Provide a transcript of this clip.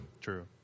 True